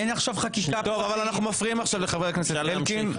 אין עכשיו חקיקה --- אנחנו מפריעים עכשיו לחבר הכנסת אלקין.